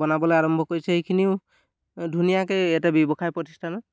বনাবলৈ আৰম্ভ কৰিছে এইখিনিও ধুনীয়াকৈ এটা ব্যৱসায় প্ৰতিষ্ঠানত